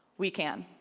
we can.